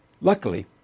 Luckily